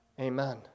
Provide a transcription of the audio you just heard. Amen